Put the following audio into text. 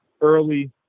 early